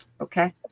okay